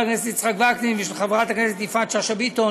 של חבר הכנסת יצחק וקנין ושל חברת הכנסת יפעת שאשא ביטון